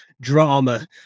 drama